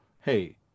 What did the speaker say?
hey